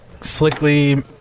slickly